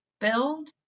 build